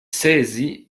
saisie